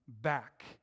back